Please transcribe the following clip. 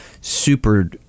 Super